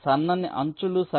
సన్నని అంచులు సగం 0